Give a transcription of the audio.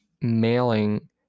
mailing